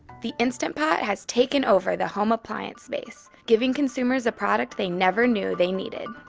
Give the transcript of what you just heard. the instant pot has taken over the home appliance space, giving consumers a product they never knew they needed.